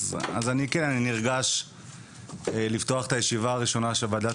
אני נרגש לפתוח את הישיבה הראשונה של ועדת